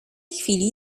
chwili